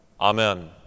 Amen